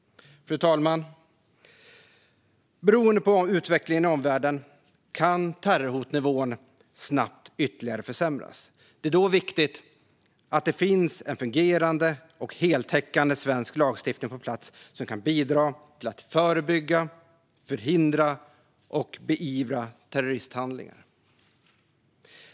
Fru talman! Beroende på utvecklingen i omvärlden kan terrorhotnivån snabbt ytterligare försämras. Det är då viktigt att det finns en fungerande och heltäckande svensk lagstiftning på plats som kan bidra till att förebygga, förhindra och beivra terroristhandlingar.